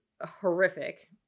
horrific